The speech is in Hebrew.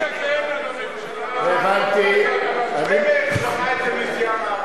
אני הבנתי, ודי לחכימא ברמיזא.